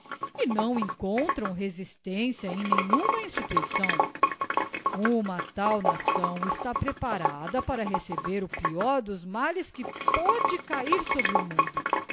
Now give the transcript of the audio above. e não encontram resistência em nenhuma instituição uma tal nação está preparada para receber o peior dos males que pôde cahir sobre o mundo